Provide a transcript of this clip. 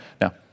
Now